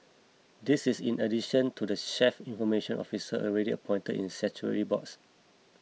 this is in addition to the chief information officers already appointed in statutory boards